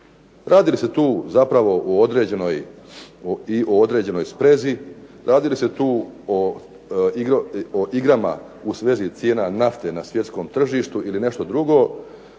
Radi li se tu zapravo i o određenoj sprezi, radi li se tu o igrama u svezi cijena nafte na svjetskom tržištu ili nešto drugo.